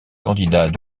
candidat